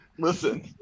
Listen